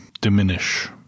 diminish